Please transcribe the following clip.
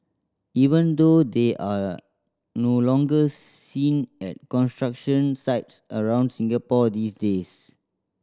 even though they are no longer seen at construction sites around Singapore these days